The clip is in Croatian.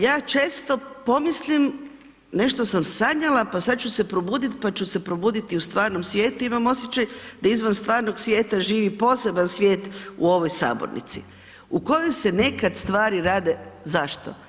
Ja često pomislim nešto sam sanjala pa ću sad ću se probudit, pa ću se probudi u stvarnom svijetu, imam osjećaj da izvan stvarnog svijeta živi poseban svijet u ovoj sabornici u kojoj se nekad stvari rade, zašto?